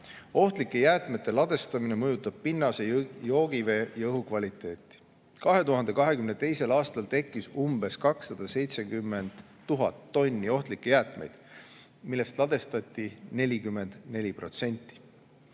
Ohtlike jäätmete ladestamine mõjutab pinnase, joogivee ja õhu kvaliteeti. 2022. aastal tekkis umbes 270 000 tonni ohtlikke jäätmeid, millest ladestati 44%.